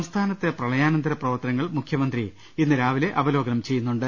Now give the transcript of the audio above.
സംസ്ഥാനത്തെ പ്രളയാനന്തര പ്രവർത്തനങ്ങൾ മുഖ്യമന്ത്രി ഇന്ന് രാവി ലെ അവലോകനം ചെയ്യുന്നുണ്ട്